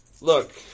Look